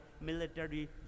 military